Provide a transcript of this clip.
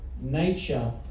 nature